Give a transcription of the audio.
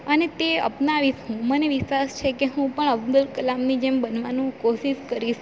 અને તે અપનાવીશ હું મને વિશ્વાસ છે કે હું પણ અબ્દુલ કલામની જેમ બનવાનું કોશિશ કરીશ